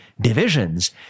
divisions